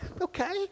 okay